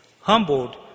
humbled